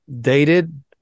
dated